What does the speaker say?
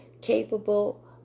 capable